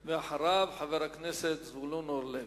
ואחריו, חבר הכנסת זבולון אורלב.